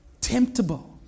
temptable